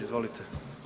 Izvolite.